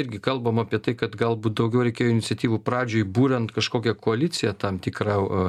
irgi kalbam apie tai kad galbūt daugiau reikėjo iniciatyvų pradžioj buriant kažkokią koaliciją tam tikrą